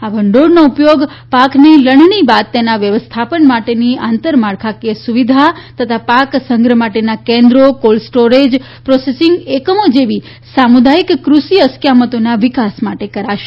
આ ભંડોળનો ઉપયોગ પાકની લણણી બાદ તેના વ્યવસ્થાપન માટેની આંતરમાળખાકીય સુવિધા તથા પાક સંગ્રહ માટેના કેન્દ્રો કોલ્ડ સ્ટોરેજ પ્રોસેસિંગ એકમો જેવી સામુદાયિક કૃષિ અસ્ક્યામતોના વિકાસ માટે કરાશે